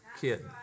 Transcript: kid